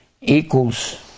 equals